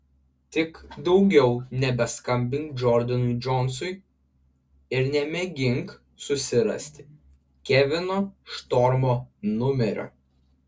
tik daugiau nebeskambink džordanui džonsui ir nemėgink susirasti kevino štormo numerio